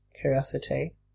Curiosity